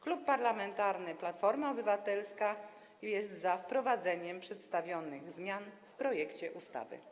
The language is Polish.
Klub Parlamentarny Platforma Obywatelska jest za wprowadzeniem zmian przedstawionych w projekcie ustawy.